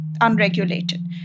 unregulated